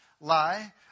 lie